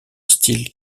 style